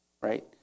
right